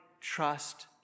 trust